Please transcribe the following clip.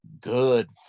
good